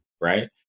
right